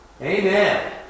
Amen